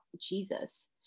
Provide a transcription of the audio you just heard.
Jesus